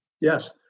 Yes